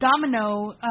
Domino